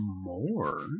more